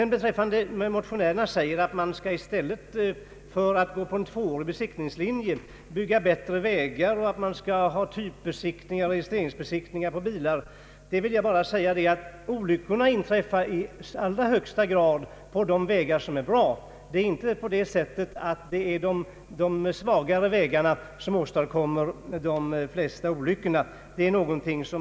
När motionärerna anför att man i stället för en tvåårig besiktning skall bygga bättre vägar och ha typbesiktningar och registreringsbesiktningar av bilar, vill jag bara säga att olyckorna Ang. vissa trafiksäkerhetsfrågor inträffar i allra högsta grad på de vägar som är bra. Det är inte de sämre vägarna som åstadkommer de flesta olyckorna, vilket vi bör hålla i minnet.